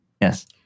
Yes